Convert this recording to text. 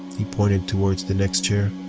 he pointed toward the next chair.